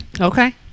Okay